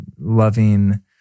loving